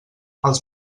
els